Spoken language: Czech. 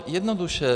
Jednoduše.